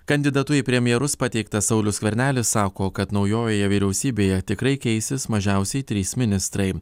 kandidatu į premjerus pateiktas saulius skvernelis sako kad naujojoje vyriausybėje tikrai keisis mažiausiai trys ministrai